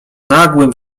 nagłym